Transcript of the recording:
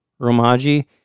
Romaji